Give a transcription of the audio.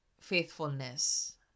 faithfulness